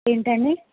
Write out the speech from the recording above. ఏంటి అండీ